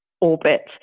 orbit